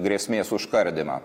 grėsmės užkardymą